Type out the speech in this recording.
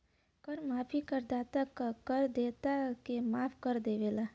कर माफी करदाता क कर देयता के माफ कर देवला